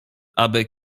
aby